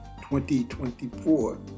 2024